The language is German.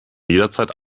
jederzeit